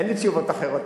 אין לי תשובות אחרות.